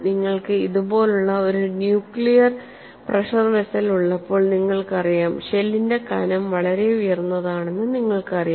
നിങ്ങൾക്ക് ഇതുപോലുള്ള ഒരു ന്യൂക്ലിയർ പ്രഷർ വെസൽ ഉള്ളപ്പോൾ നിങ്ങൾക്കറിയാം ഷെല്ലിന്റെ കനം വളരെ ഉയർന്നതാണെന്ന് നിങ്ങൾക്കറിയാം